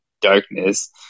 darkness